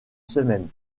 semaine